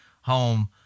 home